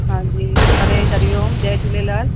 हां जी हरे हरि ओम जय झूलेलाल